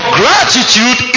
gratitude